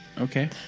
Okay